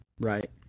Right